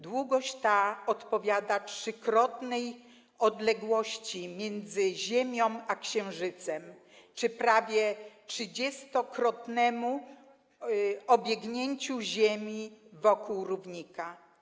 Długość ta odpowiada trzykrotnej odległości między Ziemią a Księżycem czy prawie trzydziestokrotnemu obiegnięciu Ziemi wokół równika.